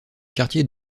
quartier